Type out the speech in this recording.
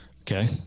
okay